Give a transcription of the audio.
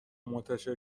منتشر